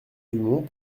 dumont